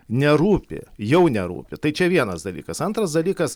nerūpi jau nerūpi tai čia vienas dalykas antras dalykas